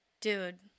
Dude